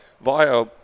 via